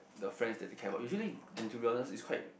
the friends that they care about usually and to be honest it's quite